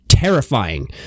terrifying